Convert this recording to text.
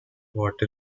water